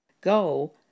go